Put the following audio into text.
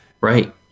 right